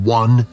one